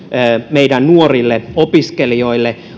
meidän nuorille opiskelijoillemme